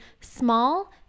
small